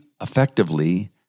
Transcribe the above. effectively